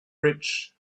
rich